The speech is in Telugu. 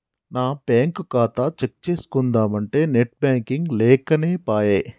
నా బ్యేంకు ఖాతా చెక్ చేస్కుందామంటే నెట్ బాంకింగ్ లేకనేపాయె